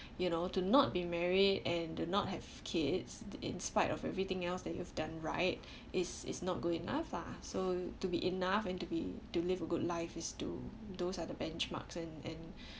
you know to not be married and do not have kids in spite of everything else that you have done right is is not good enough lah so to be enough to be to live a good life is to those are the benchmarks and and